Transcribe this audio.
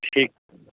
ठीक